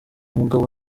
mugabo